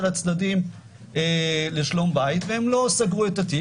הצדדים לשלום בית והם לא סגרו את התיק.